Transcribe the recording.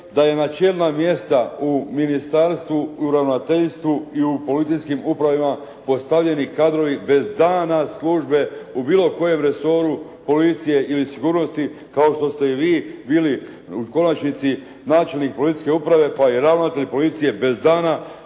da je na čelna mjesta u ministarstvu, u ravnateljstvu i u policijskim upravama postavljeni kadrovi bez dana službe u bilo kojem resoru policije ili sigurnosti kao što ste i vi bili u konačnici načelnik policijske uprave pa i ravnatelj policije bez dana